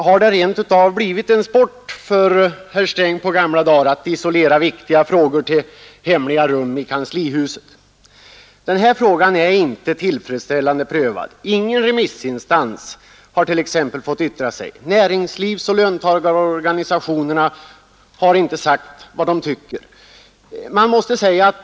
Har det rent av blivit en sport för herr Sträng på gamla dar att isolera viktiga frågor till hemliga rum i kanslihuset? Den här frågan är inte tillfredsställande prövad. Ingen remissinstans har fått yttra sig, näringslivsoch löntagarorganisationerna har inte fått säga vad de tycker.